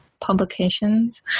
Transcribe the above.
publications